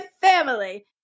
family